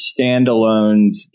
standalones